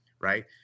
right